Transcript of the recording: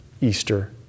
Easter